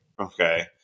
Okay